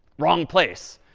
wrong place.